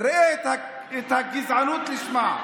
ראה את הגזענות לשמה.